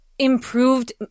improved